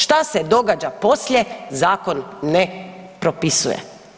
Što se događa poslije, zakon ne propisuje.